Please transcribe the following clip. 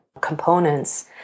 components